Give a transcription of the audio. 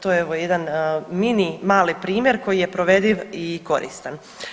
To je evo jedan mini mali primjer koji je provediv i koristan.